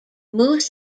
moves